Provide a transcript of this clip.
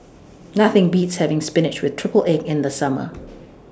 Nothing Beats having Spinach with Triple Egg in The Summer